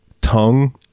tongue